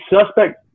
suspect